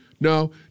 No